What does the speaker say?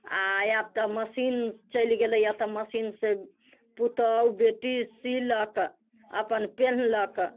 आ आब तऽ मशीन चलि गेलैया तऽ मशीन से पूतौहू बेटी सीलक अपन पिनहलक